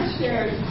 shared